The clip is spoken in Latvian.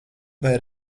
vai